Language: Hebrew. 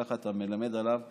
ככה אתה מלמד עליו זכות.